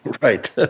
Right